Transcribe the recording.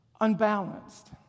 Unbalanced